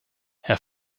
herr